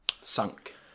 sunk